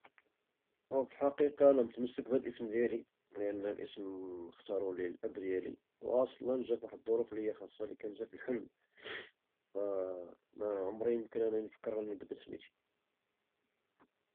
وفي الحقيقة أنا متمسك بالاسم ديالي لأن اختارولي الأب ديالي، وأصلا جا فواجد الظروف خاصة لأنه جا فواجد الحلم، فمعمري نفكر أنني نبدل سميتي.